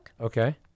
Okay